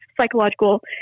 psychological